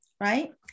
Right